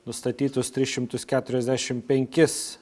nustatytus tris šimtus keturiasdešimt penkis